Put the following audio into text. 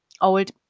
old